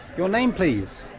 your name please?